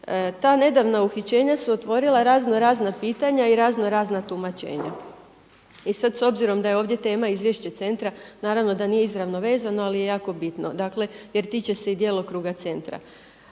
ta nedavna uhićenja su otvorila razno razna pitanja i razno razna tumačenja. I sad s obzirom da je ovdje tema izvješće centra naravno da nije izravno vezano ali je jako bitno jer tiče se i djelokruga centra.